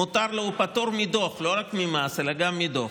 מותר לו, הוא פטור מדוח, לא רק ממס אלא גם מדוח.